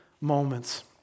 moments